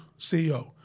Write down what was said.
CEO